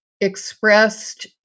expressed